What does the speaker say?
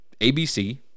ABC